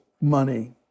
money